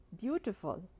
Beautiful